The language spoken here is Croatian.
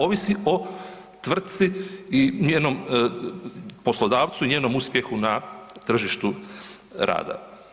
Ovisi o tvrtci i njenom poslodavcu i njenom uspjehu na tržištu rada.